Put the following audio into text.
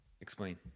Explain